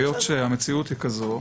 היות שהמציאות היא כזאת,